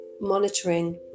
monitoring